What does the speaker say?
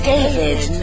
David